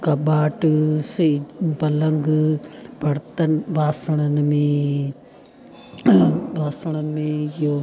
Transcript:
कॿटु से पलंग बर्तन ॿासणनि में ॿासण में इहो